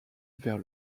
vers